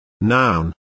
Noun